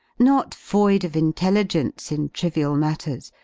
not void of intelligence in trivial matters,